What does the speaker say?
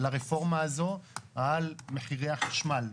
לרפורמה הזו על מחירי החשמל,